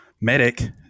medic